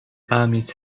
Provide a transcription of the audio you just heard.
armies